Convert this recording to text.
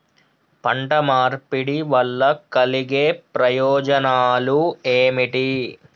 పంట మార్పిడి వల్ల కలిగే ప్రయోజనాలు ఏమిటి?